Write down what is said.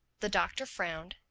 the doctor frowned,